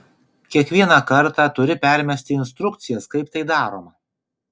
kiekvieną kartą turi permesti instrukcijas kaip tai daroma